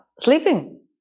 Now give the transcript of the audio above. sleeping